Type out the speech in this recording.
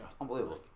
Unbelievable